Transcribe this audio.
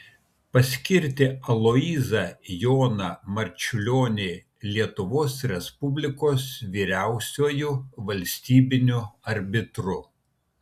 paskirti aloyzą joną marčiulionį lietuvos respublikos vyriausiuoju valstybiniu arbitru